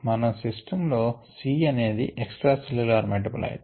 మన సిస్టం లో C అనేది ఎక్స్ట్రా సెల్ల్యులార్ మెటాబోలైట్